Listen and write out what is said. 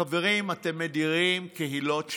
חברים, אתם מדירים קהילות שלמות.